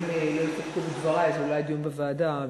אם לא יסתפקו בדברי אז אולי דיון בוועדה,